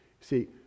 see